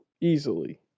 easily